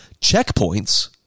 checkpoints